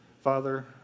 Father